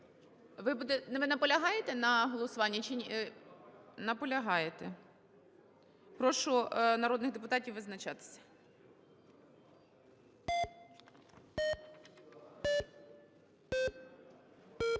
Ви наполягаєте на голосуванні чи… Наполягаєте. Прошу народних депутатів визначатися.